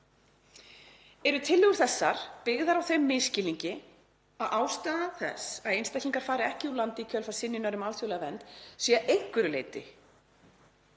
tillögur eru byggðar á þeim misskilningi að ástæða þess að einstaklingar fari ekki úr landi í kjölfar synjunar um alþjóðlega vernd sé að einhverju leyti